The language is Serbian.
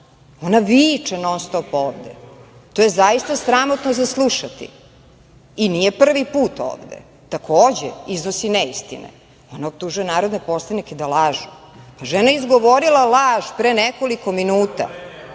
Ona viče non-stop ovde. To je zaista sramotno za slušati i nije prvi put ovde. Takođe, iznosi neistine. Ona optužuje narodne poslanike da lažu. Žena je izgovorila laž pre nekoliko minuta